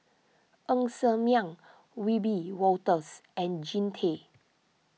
Ng Ser Miang Wiebe Wolters and Jean Tay